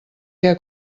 què